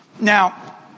Now